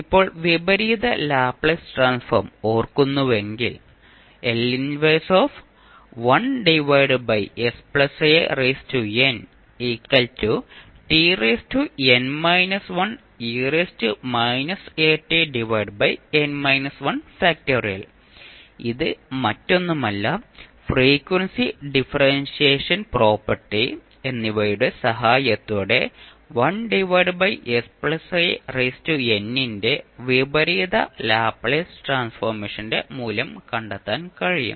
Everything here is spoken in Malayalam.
ഇപ്പോൾ വിപരീത ലാപ്ലേസ് ട്രാൻസ്ഫോം ഓർക്കുന്നുവെങ്കിൽ ഇത് മറ്റൊന്നുമല്ല frequency differentiation property frequency differentiation property എന്നിവയുടെ സഹായത്തോടെ ന്റെ വിപരീത ലാപ്ലേസ് ട്രാൻസ്ഫോർമേഷന്റെ മൂല്യം കണ്ടെത്താൻ കഴിയും